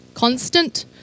constant